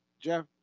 Jeff